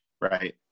right